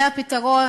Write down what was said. זה הפתרון.